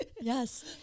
Yes